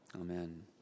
Amen